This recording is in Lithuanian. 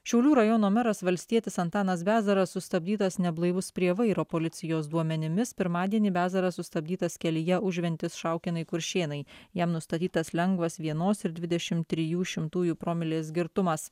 šiaulių rajono meras valstietis antanas bezaras sustabdytas neblaivus prie vairo policijos duomenimis pirmadienį bezaras sustabdytas kelyje užventis šaukėnai kuršėnai jam nustatytas lengvas vienos ir dvidešimt trijų šimtųjų promilės girtumas